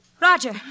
Roger